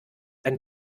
ein